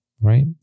right